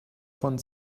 von